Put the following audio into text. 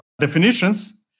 definitions